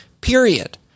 period